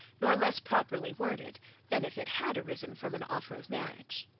nor less properly worded than if it had arisen from an offer of marriage.